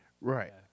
Right